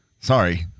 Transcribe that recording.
Sorry